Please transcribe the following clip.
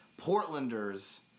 Portlanders